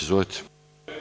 Izvolite.